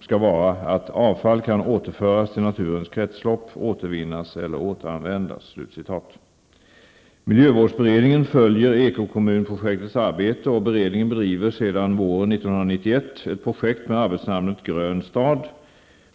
skall vara att avfall kan återföras till naturens kretslopp, återvinnas eller återanvändas''. Miljövårdsberedningen följer ekokommunprojektets arbete, och beredningen bedriver sedan våren 1991 ett projekt med arbetsnamnet ''grön stad''.